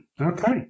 Okay